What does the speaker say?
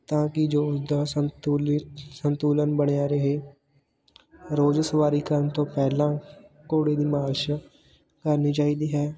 ਤਾਂ ਕਿ ਜੋ ਉਸਦਾ ਸੰਤੁਲਿ ਸੰਤੁਲਨ ਬਣਿਆ ਰਹੇ ਰੋਜ਼ ਸਵਾਰੀ ਕਰਨ ਤੋਂ ਪਹਿਲਾਂ ਘੋੜੇ ਦੀ ਮਾਲਸ਼ ਕਰਨੀ ਚਾਹੀਦੀ ਹੈ